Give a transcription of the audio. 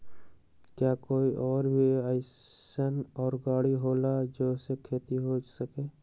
का कोई और भी अइसन और गाड़ी होला जे से खेती हो सके?